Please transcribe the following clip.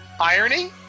irony